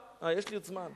אה, יש לי עוד זמן.